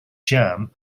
jam